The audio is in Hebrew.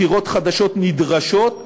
בחירות חדשות נדרשות,